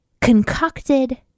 concocted